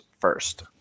first